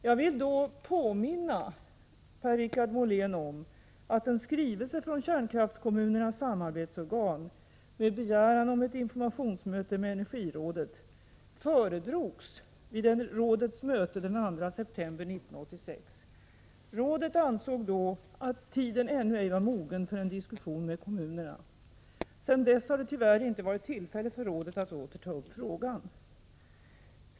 Jag vill då påminna Per-Richard Molén om att en skrivelse från kärnkraftskommunernas samarbetsorgan, med begäran om ett informationsmöte med energirådet, föredrogs vid rådets möte den 2 september 1986. Rådet ansåg då att tiden ännu ej var mogen för en diskussion med kommunerna. Sedan dess har det tyvärr inte varit tillfälle för rådet att åter ta upp frågan.